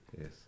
Yes